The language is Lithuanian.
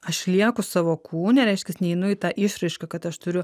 aš lieku savo kūne reiškias neinu į tą išraišką kad aš turiu